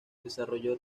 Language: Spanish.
desarrolló